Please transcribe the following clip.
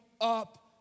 up